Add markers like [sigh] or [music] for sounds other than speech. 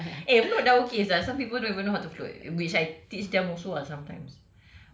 [laughs] eh float dah okay sia some people don't even know how to float which I teach them also ah sometimes